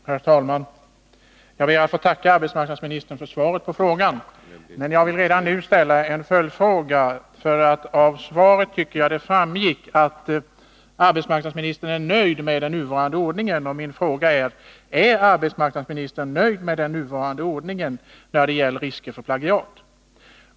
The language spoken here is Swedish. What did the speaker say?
Herr talman! Jag ber att få tacka arbetsmarknadsministern för svaret på min fråga, men jag vill redan nu ställa en följdfråga. Av svaret tycker jag att det framgick att arbetsmarknadsministern är nöjd med den nuvarande ordningen. Min fråga är: Är arbetsmarknadsministern nöjd med den nuvarande ordningen när det gäller risker för plagiat?